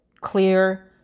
clear